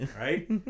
right